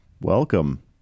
welcome